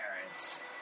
parents